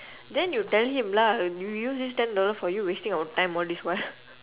then you tell him lah we use this ten dollar for you wasting our time all this while